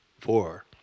four